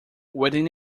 within